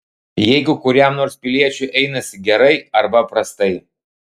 jeigu kuriam nors piliečiui einasi gerai arba prastai